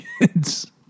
kids